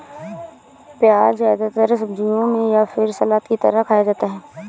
प्याज़ ज्यादातर सब्जियों में या फिर सलाद की तरह खाया जाता है